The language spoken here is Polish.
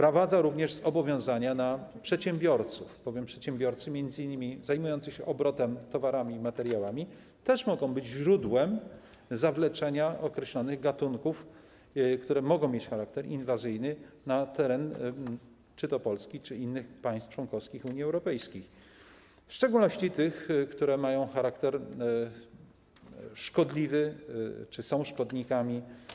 Nakłada również zobowiązania na przedsiębiorców, bowiem przedsiębiorcy m.in. zajmujący się obrotem towarami i materiałami też mogą być źródłem zawleczenia określonych gatunków, które mogą mieć charakter inwazyjny, na teren czy to Polski, czy innych państw członkowskich Unii Europejskiej, w szczególności tych, które mają charakter szkodliwy czy są szkodnikami.